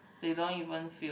they don't even feel